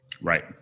Right